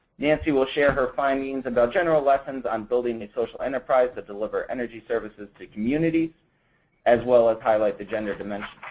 nancy will share her findings about general lessons on building a social enterprise that deliver energy services to communities as well as highlight the general dimension.